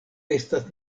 estas